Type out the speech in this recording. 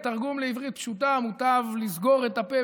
ובתרגום לעברית פשוטה: מוטב לסגור את הפה